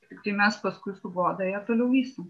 tiktai mes paskui su goda ją toliau vystėm